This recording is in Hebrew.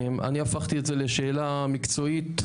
אני הפכתי את זה לשאלה מקצועית.